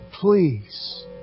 Please